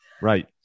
right